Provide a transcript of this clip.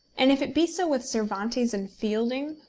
and if it be so with cervantes and fielding,